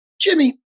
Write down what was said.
Jimmy